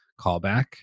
callback